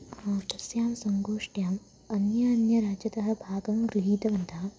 अहं तस्यां सङ्गोष्ठ्याम् अन्य अन्य राज्यतः भागं गृहीतवन्तः